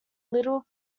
little